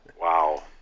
Wow